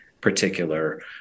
particular